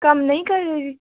ਕੰਮ ਨਹੀਂ ਕਰ ਰਹੀ